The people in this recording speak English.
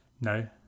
no